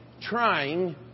trying